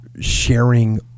sharing